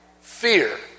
fear